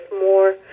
more